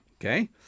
okay